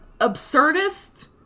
absurdist